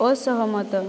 ଅସହମତ